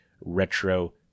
retro